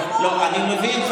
אני מבין,